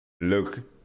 look